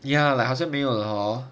ya like 好像没有了 hor